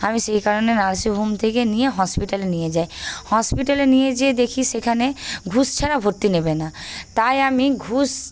আমি সেই কারণে নার্সিংহোম থেকে নিয়ে হসপিটালে নিয়ে যাই হসপিটালে নিয়ে গিয়ে দেখি সেখানে ঘুষ ছাড়া ভর্তি নেবে না তাই আমি ঘুষ